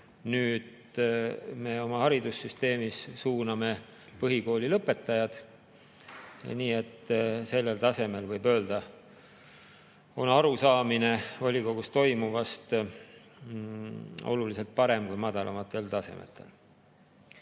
nüüd oma haridussüsteemis suuname põhikooli lõpetajad. Nii et sellel tasemel, võib öelda, on arusaamine volikogus toimuvast oluliselt parem kui madalamatel tasemetel.